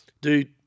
dude